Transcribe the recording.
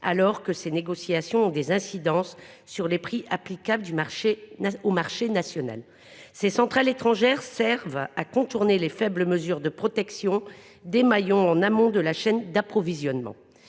alors que ces négociations ont des incidences sur les prix applicables sur le marché national. Ces centrales d’achat étrangères servent à contourner les faibles mesures de protection des maillons d’amont de la chaîne d’approvisionnement.